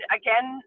again